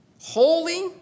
Holy